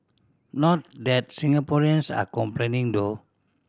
not that Singaporeans are complaining though